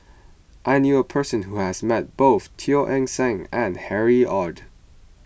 I knew a person who has met both Teo Eng Seng and Harry Ord